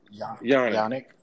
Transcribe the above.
Yannick